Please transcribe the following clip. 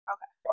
Okay